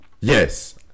Yes